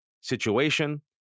situation